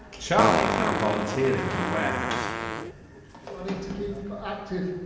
charlie is now volunteering in the warehouse here. i need to keep active.